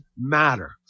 matter